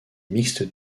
mixte